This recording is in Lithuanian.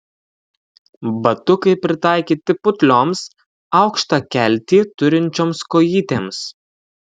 batukai pritaikyti putlioms aukštą keltį turinčioms kojytėms